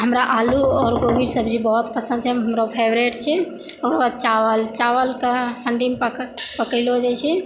हमरा आलू आओर गोबी के सब्जी बहुत पसन्द छै हमर ओ फवरेट छै ओकरा बाद चावल चावल के हंडी मे पकैलो जाइ छै